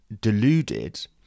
deluded